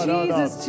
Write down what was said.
Jesus